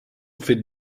feed